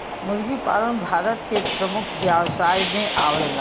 मुर्गी पालन भारत के एक प्रमुख व्यवसाय में आवेला